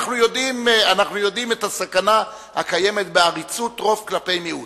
אנחנו יודעים את הסכנה הקיימת בעריצות רוב כלפי מיעוט.